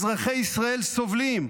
אזרחי ישראל סובלים.